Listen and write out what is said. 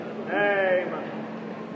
Amen